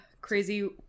crazy